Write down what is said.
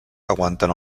aguanten